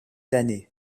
d’années